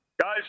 Guys